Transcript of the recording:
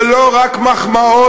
זה לא רק מחמאות,